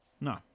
No